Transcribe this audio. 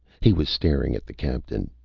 he was staring at the captain.